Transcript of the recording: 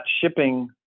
shipping